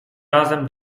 razem